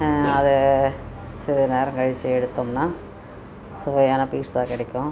அதை சில நேரம் கழித்து எடுத்தோம்னா சுவையான பீட்ஸா கிடைக்கும்